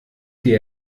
die